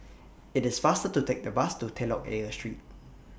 IT IS faster to Take The Bus to Telok Ayer Street